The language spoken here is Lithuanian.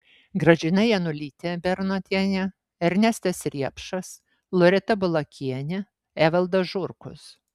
gražina janulytė bernotienė ernestas riepšas loreta bulakienė evaldas žurkus